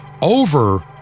over